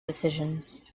decisions